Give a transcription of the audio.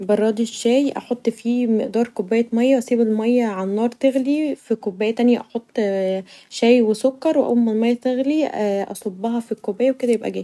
براد الشاي احط فيه مقدار كوبايه مايه و اسيب مايه علي النار تغلي ، في كوبايه تانيه احط شاي و سكر واول ما المايه تغلي أصبها في الكوبايه و كدا يبقي جاهز.